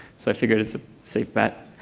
so i figure it's a safe bet.